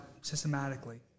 systematically